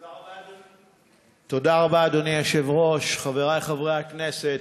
אדוני היושב-ראש, תודה רבה, חברי חברי הכנסת,